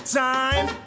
time